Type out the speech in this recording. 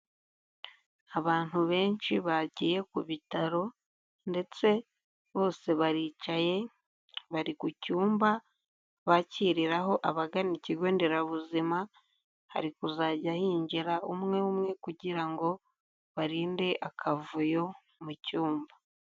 Abantu benshi bagiye ku bitaro ndetse bose baricaye bari ku cyumba bakiriraho abagana ikigo nderabuzima hari kuzajya hinjira umwe umwe kugira ngo barinde akavuyo mu cyumba.